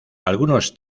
algunos